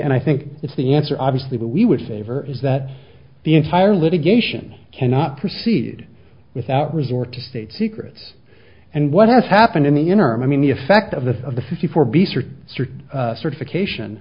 and i think it's the answer obviously that we would favor is that the entire litigation cannot proceed without resort to state secrets and what has happened in the interim i mean the effect of that of the fifty four b ser to certain certification